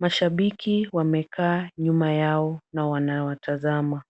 Mashabiki wamekaa nyuma yao na wanawatazama.